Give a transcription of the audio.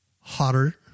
hotter